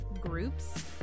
groups